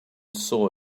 saw